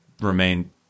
remain